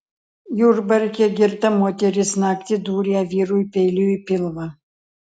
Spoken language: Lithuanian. jurbarke girta moteris naktį dūrė vyrui peiliu į pilvą